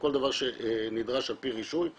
לכל דבר שנדרש על פי רישוי,